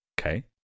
Okay